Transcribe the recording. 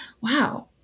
Wow